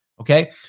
Okay